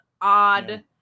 odd